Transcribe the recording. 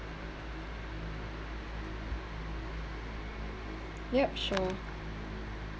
yup sure